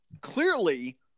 Clearly